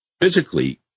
Physically